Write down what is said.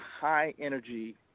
high-energy